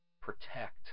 protect